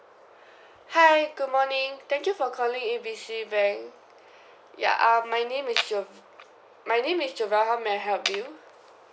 hi good morning thank you for calling A B C bank yup err my name is jo~ my name is jovelle how may I help you